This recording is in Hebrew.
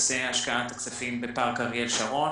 בנושא השקעת הכספים בפארק אריאל שרון.